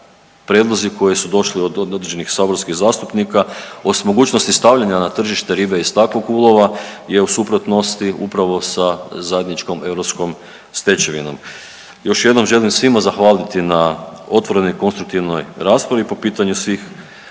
prijedlozi koji su došli od određenih saborskih zastupnika osim mogućnosti stavljana na tržište ribe iz takvog ulova je u suprotnosti upravo sa zajedničkom europskom stečevinom. Još jednom želim svima zahvaliti na otvorenoj i konstruktivnoj raspravi po pitanju svih